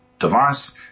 device